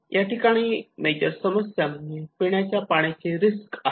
या ठिकाणी मेजर समस्या म्हणजे पिण्याच्या पाण्याची रिस्क आहे